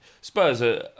Spurs